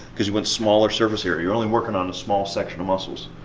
cause you want smaller surface area. you're only working on a small section of muscles.